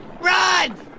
Run